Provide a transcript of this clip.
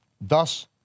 thus